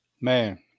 Man